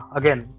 again